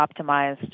optimized